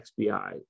XBI